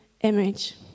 image